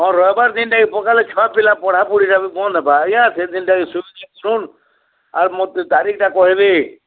ହଁ ରବିବାର୍ ଦିନ୍ଟା ଇ ପକାଲେ ଛୁଆ ପିଲା ପଢ଼ାପୁଢ଼ି ଟା ବି ବନ୍ଦ୍ ହେବା ଆଜ୍ଞା ସେ ଦିନ୍ଟା ବି ଶୁଣୁନ୍ ଆଉ ମତେ ତାରିଖ୍ ଟା କହେବେ